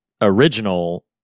original